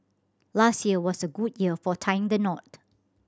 last year was a good year for tying the knot